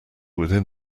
within